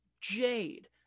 jade